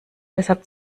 deshalb